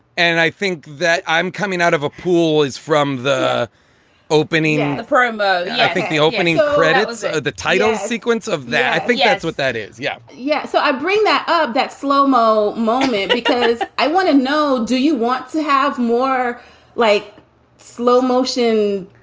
and i think that i'm coming out of a pool is from the opening and the promo. i think the opening credits are the title sequence of that. i think yeah that's what that is. yeah yeah. so i bring that up that flomo moment, because i want to know, do you want to have more like slow motion,